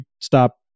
stop